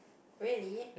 really